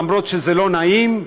למרות שזה לא נעים,